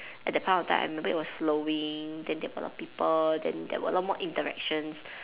at that point of time I remember it was flowing then a lot of people then there were a lot more interactions